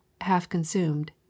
half-consumed